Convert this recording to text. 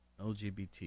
LGBT